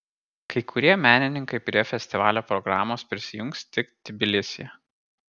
kai kurie menininkai prie festivalio programos prisijungs tik tbilisyje